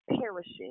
perishing